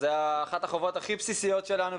זה אחת החובות הכי בסיסיות שלנו,